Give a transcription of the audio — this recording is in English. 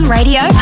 Radio